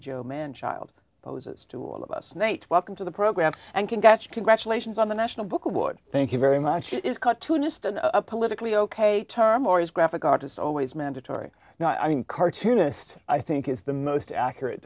joe man child poses to all of us nate welcome to the program and can catch congratulations on the national book award thank you very much is cut to just an a politically ok term or is graphic artist always mandatory no i mean cartoonist i think is the most accurate